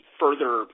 further